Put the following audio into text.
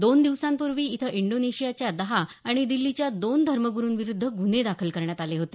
दोन दिवसांपूर्वी इथं इंडोनेशियाच्या दहा आणि दिल्लीच्या दोन धर्मगुरूं विरूध्द गुन्हे दाखल करण्यात आले होते